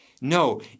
No